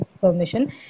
permission